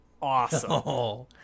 awesome